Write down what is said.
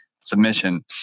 submission